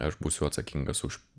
aš būsiu atsakingas už